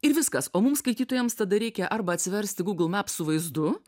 ir viskas skaitytojams tada reikia arba atsiversti google maps su vaizdu